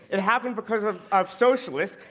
it happened because of of socialists,